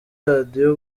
radio